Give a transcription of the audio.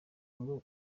ngo